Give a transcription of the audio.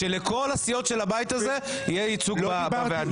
התעקשתי שלכל סיעות הבית הזה יהיה ייצוג בוועדה.